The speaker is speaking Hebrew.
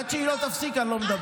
עד שהיא לא תפסיק, אני לא מדבר.